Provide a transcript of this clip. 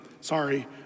sorry